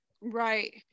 right